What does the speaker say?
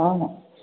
हँ हँ